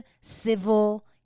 civil